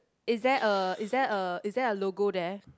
is there a is there a is there a logo there